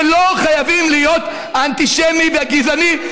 ולא חייבים להיות אנטישמי וגזעני.